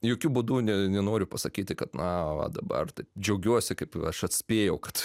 jokiu būdu ne nenoriu pasakyti kad na o dabar tai džiaugiuosi kaip aš atspėjau kad